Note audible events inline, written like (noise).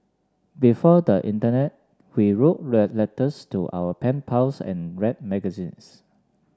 before the internet we wrote (unintelligible) letters to our pen pals and read magazines